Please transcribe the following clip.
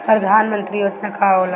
परधान मंतरी योजना का होला?